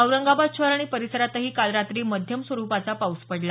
औरंगाबाद शहर आणि परिसरातही काल रात्री मध्यम स्वरुपाचा पाऊस पडला